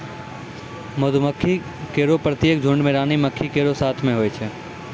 मधुमक्खी केरो प्रत्येक झुंड में रानी मक्खी केरो साथ भी होय छै